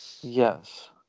Yes